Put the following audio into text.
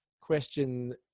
question